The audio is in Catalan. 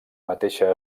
mateixa